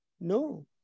no